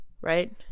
right